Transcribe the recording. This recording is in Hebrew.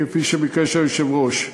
כפי שביקש היושב-ראש.